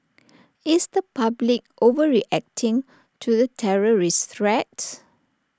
is the public overreacting to the terrorist threat